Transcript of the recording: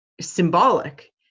symbolic